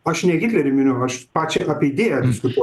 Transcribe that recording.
aš ne hitlerį miniu aš pačią apie idėją diskutuoju